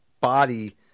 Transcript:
body